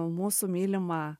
mūsų mylima